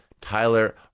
Tyler